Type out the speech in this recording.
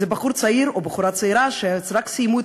זה בחור צעיר או בחורה צעירה שרק סיימו את